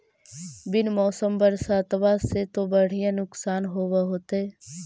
बिन मौसम बरसतबा से तो बढ़िया नुक्सान होब होतै?